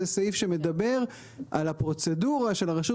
זה סעיף שמדבר על הפרוצדורה של הרשות